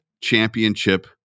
Championship